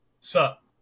sup